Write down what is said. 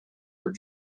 were